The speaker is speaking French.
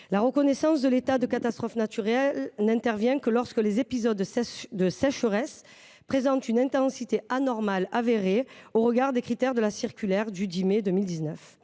La reconnaissance de l’état de catastrophe naturelle n’intervient que lorsque les épisodes de sécheresse présentent une intensité anormale avérée au regard des critères de la circulaire du 10 mai 2019.